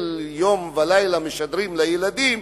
שיום ולילה משדרים לילדים,